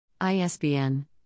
ISBN